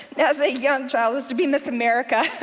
yeah as a young child was to be ms. america